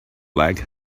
like